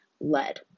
lead